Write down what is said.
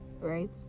right